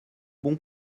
bons